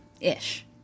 ish